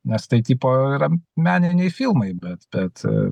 nes tai tipo yra meniniai filmai bet bet